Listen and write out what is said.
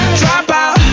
dropout